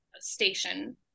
station